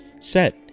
set